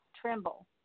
tremble